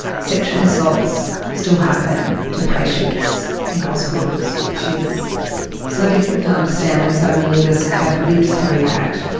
sexual assaults still happen to patients in hospitals, which is so difficult to understand when so many of us have lived through that,